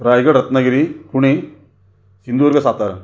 Raigad Ratnagiri Pune Sindhudurg Satara